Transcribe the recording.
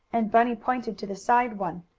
and bunny pointed to the side one.